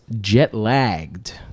jet-lagged